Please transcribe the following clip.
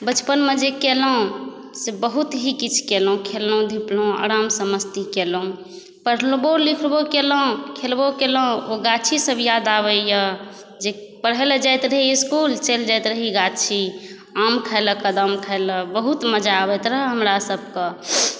बचपनमे जे केलहुँ से बहुत ही किछु केलहुँ खेलहुँ धुपलहुँ आरामसँ मस्ती केलहुँ पढ़बो लिखबो केलहुँ खेलबो केलहुँ ओ गाछी सब याद आबैए जे पढ़ए लए जाइत रहिऐ स्कूल चलि जाइत रही गाछी आम खाए लए कदम खाए ला बहुत मजा आबैत रहै हमरा सभकऽ